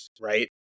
right